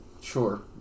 Sure